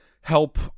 help